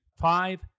five